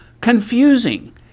confusing